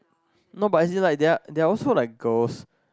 no but as in like they are they are also like girls